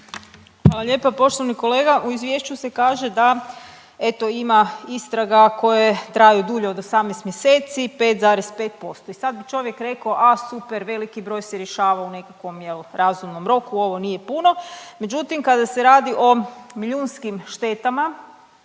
Hvala lijepa poštovani kolega. U izvješću se kaže da, eto ima istraga koje traju dulje od 18 mjeseci 5,5%. I sad bi čovjek rekao, a super veliki broj se rješava u nekakvom jel, razumnom roku, ovo nije puno. Međutim kada se radi o milijunskim štetama